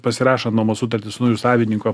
pasirašan nuomos sutartį su nauju savininku